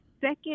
second